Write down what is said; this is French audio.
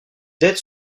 dettes